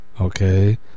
Okay